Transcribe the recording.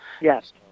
Yes